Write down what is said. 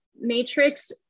matrix